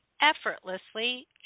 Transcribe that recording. effortlessly